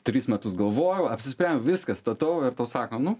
tris metus galvojau apsispren viskas statau ir tau sako nu